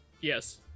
Yes